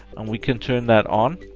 and we can turn that on.